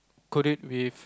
coat it with